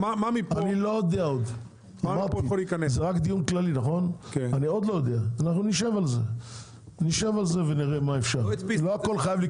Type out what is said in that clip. אני אומר שוב מכל הרפורמות של